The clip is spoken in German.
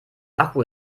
akku